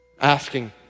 asking